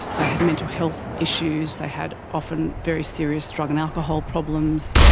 they had mental health issues, they had often very serious drug and alcohol problems.